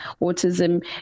autism